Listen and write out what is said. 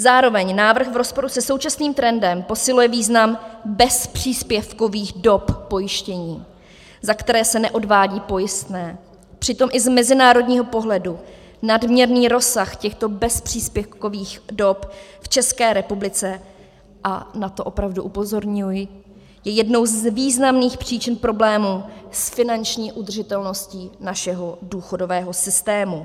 Zároveň návrh v rozporu se současným trendem posiluje význam bezpříspěvkových dob pojištění, za které se neodvádí pojistné, přitom i z mezinárodního pohledu nadměrný rozsah těchto bezpříspěvkových dob v České republice, a na to opravdu upozorňuji, je jednou z významných příčin problémů s finanční udržitelností našeho důchodového systému.